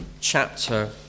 chapter